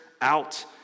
out